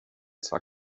zwar